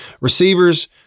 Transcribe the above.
Receivers